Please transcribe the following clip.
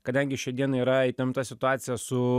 kadangi šiandien yra įtempta situacija su